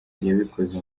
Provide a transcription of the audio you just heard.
yabikoze